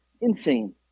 Insane